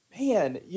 man